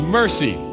mercy